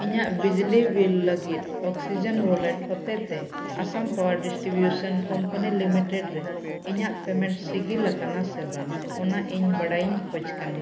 ᱤᱧᱟᱹᱜ ᱵᱤᱡᱽᱞᱤ ᱵᱤᱞ ᱞᱟᱹᱜᱤᱫ ᱚᱠᱥᱤᱡᱮᱱ ᱚᱣᱟᱞᱮᱹᱴ ᱦᱚᱛᱮᱜᱛᱮ Assam power distribution company limited ᱨᱮ ᱤᱧᱟᱹᱜ ᱯᱮᱹᱢᱮᱹᱴ ᱥᱤᱜᱤᱞ ᱟᱠᱟᱱᱟ ᱥᱮ ᱵᱟᱝ ᱚᱱᱟ ᱤᱧ ᱵᱟᱰᱟᱭᱤᱧ ᱠᱷᱳᱡᱽ ᱠᱟᱱᱟ